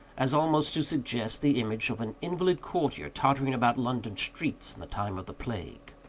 as almost to suggest the image of an invalid courtier tottering about london streets in the time of the plague.